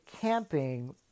camping